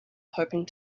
hoping